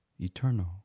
eternal